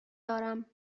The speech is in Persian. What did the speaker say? دارم